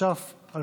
התש"ף 2020,